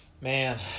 man